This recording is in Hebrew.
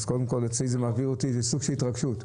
אז קודם כול, אותי זה מעביר איזו סוג של התרגשות.